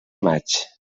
maig